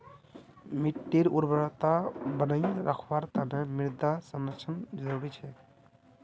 मिट्टीर उर्वरता बनई रखवार तना मृदा संरक्षण जरुरी छेक